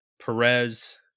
Perez